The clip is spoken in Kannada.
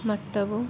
ಮಟ್ಟವು